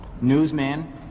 newsman